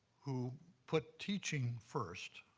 who put teaching first,